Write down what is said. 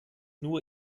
nur